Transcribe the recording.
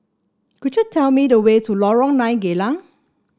could you tell me the way to Lorong Nine Geylang